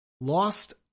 lost